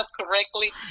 correctly